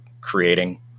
creating